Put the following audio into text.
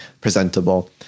presentable